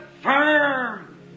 firm